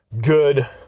good